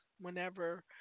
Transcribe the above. Whenever